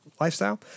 lifestyle